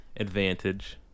advantage